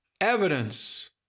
evidence